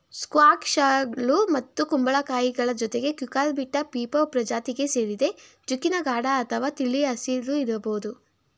ಸ್ಕ್ವಾಷ್ಗಳು ಮತ್ತು ಕುಂಬಳಕಾಯಿಗಳ ಜೊತೆಗೆ ಕ್ಯೂಕರ್ಬಿಟಾ ಪೀಪೊ ಪ್ರಜಾತಿಗೆ ಸೇರಿದೆ ಜುಕೀನಿ ಗಾಢ ಅಥವಾ ತಿಳಿ ಹಸಿರು ಇರ್ಬೋದು